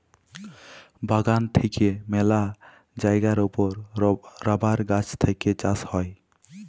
বাগান থেক্যে মেলা জায়গার ওপর রাবার গাছ থেক্যে চাষ হ্যয়